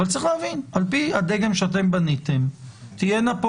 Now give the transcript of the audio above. אבל צריך להבין שעל-פי הדגם שאתם בניתם -- כרגע